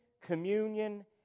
communion